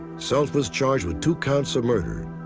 self was charged with two counts of murder.